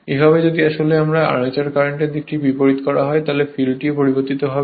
একইভাবে যদি আসলে আর্মেচার কারেন্টের দিকটি বিপরীত হয় তবে এই ফিল্ডও পরিবর্তিত হবে